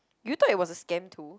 did you thought it was a scam too